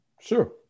Sure